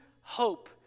hope